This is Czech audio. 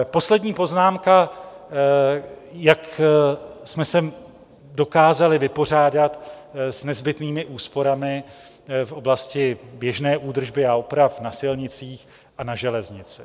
Poslední poznámka, jak jsme se dokázali vypořádat s nezbytnými úsporami v oblasti běžné údržby a oprav na silnicích a na železnici.